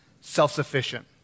self-sufficient